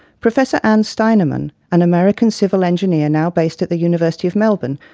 professor anne steinemann, an american civil engineer now based at the university of melbourne,